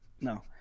No